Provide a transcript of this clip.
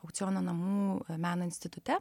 aukciono namų meno institute